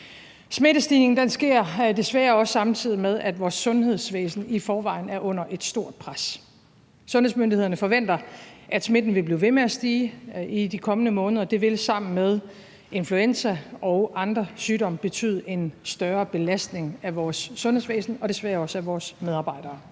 Smittestigningen sker desværre også, samtidig med at vores sundhedsvæsen i forvejen er under et stort pres. Sundhedsmyndighederne forventer, at smitten vil blive ved med at stige i de kommende måneder, og det vil sammen med influenza og andre sygdomme betyde en større belastning af vores sundhedsvæsen og desværre også af vores medarbejdere.